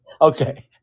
okay